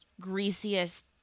greasiest